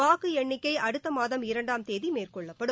வாக்கு எண்ணிக்கை அடுத்த மாதம் இரண்டாம் தேதி மேற்கொள்ளப்படும்